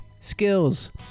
skills